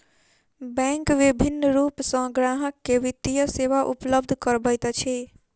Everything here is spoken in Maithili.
बैंक विभिन्न रूप सॅ ग्राहक के वित्तीय सेवा उपलब्ध करबैत अछि